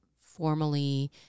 formally